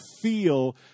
feel